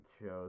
shows